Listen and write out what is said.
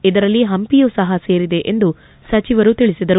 ಇದರಲ್ಲಿ ಹಂಪಿಯೂ ಸಹ ಸೇರಿದೆ ಎಂದು ಸಚಿವರು ತಿಳಿಸಿದರು